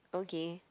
okay